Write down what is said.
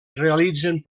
realitzen